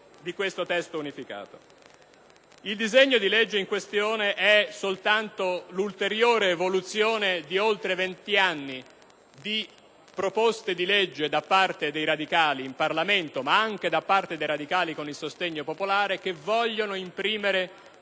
Il disegno di legge in questione è soltanto l'ulteriore evoluzione di oltre vent'anni di proposte di legge da parte dei radicali in Parlamento, anche con il sostegno popolare, che vogliono imprimere